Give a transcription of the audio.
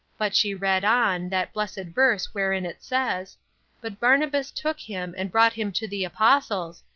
but she read on, that blessed verse wherein it says but barnabas took him, and brought him to the apostles,